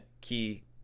key